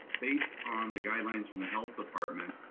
based on the guidelines from the health department,